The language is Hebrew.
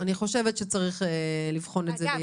אני חושבת שצריך לבחון את זה.